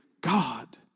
God